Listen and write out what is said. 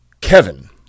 Kevin